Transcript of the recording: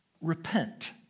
Repent